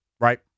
right